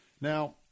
Now